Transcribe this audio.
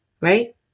right